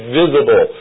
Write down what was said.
visible